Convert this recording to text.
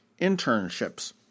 internships